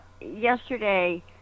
yesterday